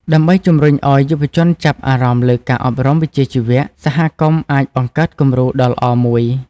ដើម្បីជំរុញឱ្យយុវជនចាប់អារម្មណ៍លើការអប់រំវិជ្ជាជីវៈ សហគមន៍អាចបង្កើតគំរូដ៏ល្អមួយ។